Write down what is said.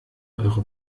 eure